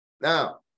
Now